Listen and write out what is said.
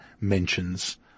mentions